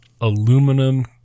aluminum